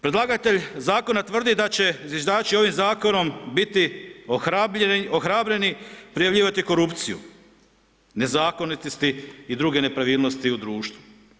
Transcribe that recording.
Predlagatelj zakona tvrdi da će zviždači ovim zakonom biti ohrabreni prijavljivati korupciju, nezakonitosti i druge nepravilnosti u društvu.